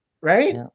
right